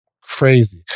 Crazy